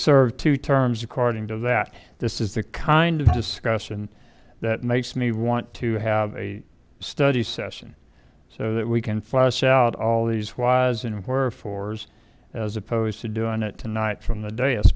served two terms according to that this is the kind of discussion that makes me want to have a study session so that we can flesh out all these whys and wherefores as opposed to doing it tonight from the day